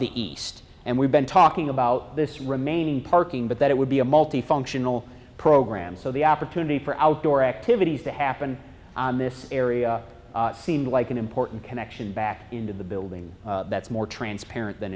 the east and we've been talking about this remaining parking but that it would be a multi functional program so the opportunity for outdoor activities to happen on this area seemed like an important connection back into the building that's more transparent than